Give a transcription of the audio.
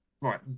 right